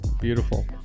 Beautiful